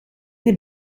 heb